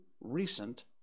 recent